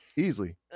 Easily